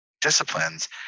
disciplines